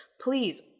Please